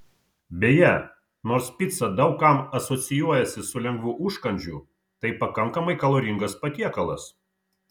beje nors pica daug kam asocijuojasi su lengvu užkandžiu tai pakankamai kaloringas patiekalas